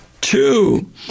Two